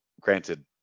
granted